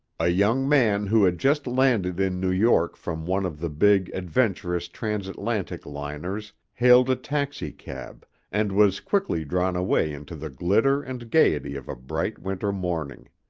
a young man who had just landed in new york from one of the big, adventurous transatlantic liners hailed a taxicab and was quickly drawn away into the glitter and gayety of a bright winter morning.